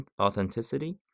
authenticity